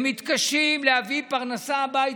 הם מתקשים להביא פרנסה הביתה,